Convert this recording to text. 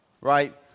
right